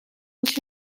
als